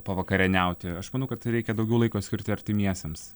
pavakarieniauti aš manau kad reikia daugiau laiko skirti artimiesiems